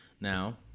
Now